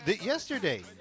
Yesterday